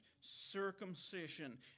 circumcision